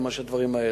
וכל הדברים האלה.